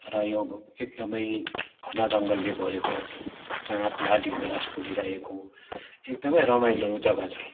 र यो एकदमै घना जङ्गलले भरेको चाँप लाली गुराँस फुलिरहेको एकदमै रमाइलो जग्गा छ